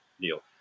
deal